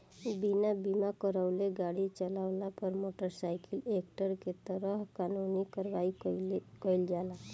बिना बीमा करावले गाड़ी चालावला पर मोटर साइकिल एक्ट के तहत कानूनी कार्रवाई कईल जाला